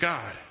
God